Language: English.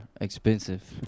expensive